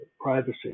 privacy